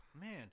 man